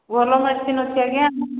ଭଲ ମେଡିସିନ୍ ଅଛି ଆଜ୍ଞା